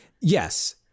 Yes